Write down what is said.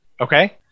Okay